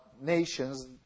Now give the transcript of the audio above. nations